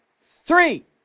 three